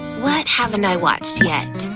what haven't i watched yet,